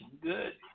Good